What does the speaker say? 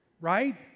right